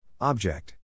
Object